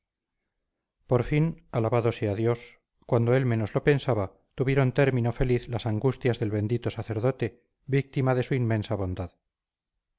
por fin alabado sea dios cuando él menos lo pensaba tuvieron término feliz las angustias del bendito sacerdote víctima de su inmensa bondad